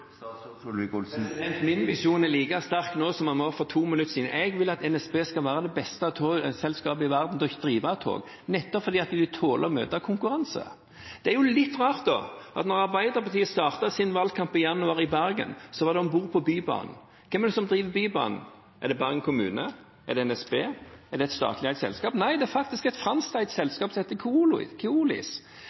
Min visjon er like sterk nå som den var for 2 minutter siden: Jeg vil at NSB skal være det beste selskapet i verden til å drive tog, nettopp fordi det vil tåle å møte konkurranse. Det er litt rart at da Arbeiderpartiet startet sin valgkamp i januar i Bergen, var det om bord på Bybanen. Hvem er det som driver Bybanen? Er det Bergen kommune? Er det NSB? Er det et statlig eid selskap? Nei, det er faktisk et franskeid selskap